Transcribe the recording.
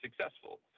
successful